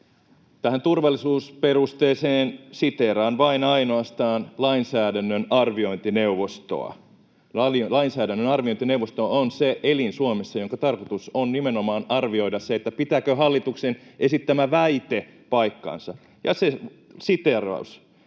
Tähän turvallisuusperusteeseen: Siteeraan vain ja ainoastaan lainsäädännön arviointineuvostoa. Lainsäädännön arviointineuvosto on se elin Suomessa, jonka tarkoitus on nimenomaan arvioida se, pitääkö hallituksen esittämä väite paikkansa. Ja se siteeraus: